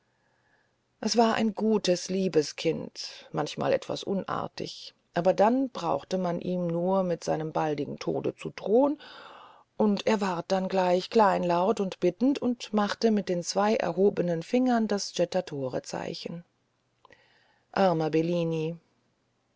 es war ein gutes liebes kind manchmal etwas unartig aber dann brauchte man ihm nur mit seinem baldigen tode zu drohen und er ward dann gleich kleinlaut und bittend und machte mit den zwei erhobenen fingern das jettatorezeichen armer bellini